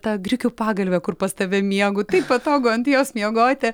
ta grikių pagalvė kur pas tave miegu taip patogu ant jos miegoti